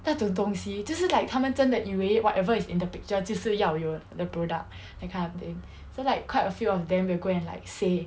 那种东西就是 like 他们真的以为 whatever is in the picture 就是要有的 product that kind of thing so like quite a few of them will go and like say